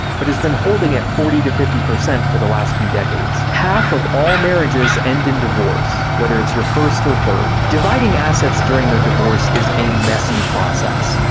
but has been holding at forty fifty for the last few decades. half of all marriages end in divorce, whether it's your first or third. dividing assets during a divorce is a messy process,